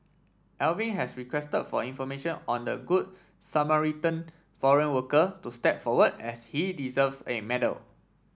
Alvin has requested for information on the Good Samaritan foreign worker to step forward as he deserves a medal